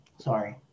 Sorry